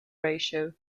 ratio